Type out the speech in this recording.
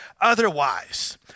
otherwise